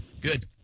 Good